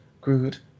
Groot